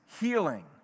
healing